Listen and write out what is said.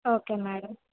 okay madam